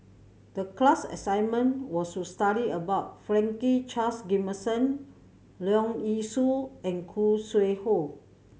the class assignment was to study about Franklin Charles Gimson Leong Yee Soo and Khoo Sui Hoe